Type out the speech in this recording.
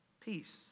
peace